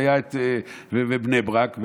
והיה את בני ברק,